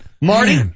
Marty